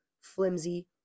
flimsy